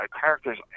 characters